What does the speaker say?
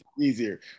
easier